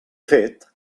fet